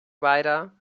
rider